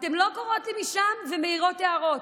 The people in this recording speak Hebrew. אתן לא קוראות לי משם ומעירות הערות.